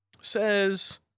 says